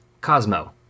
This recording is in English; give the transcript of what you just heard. Cosmo